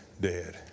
dead